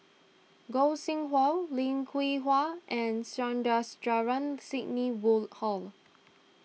Gog Sing Hooi Lim Hwee Hua and Sandrasegaran Sidney Woodhull